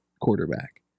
quarterback